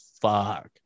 fuck